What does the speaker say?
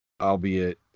albeit